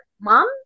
mom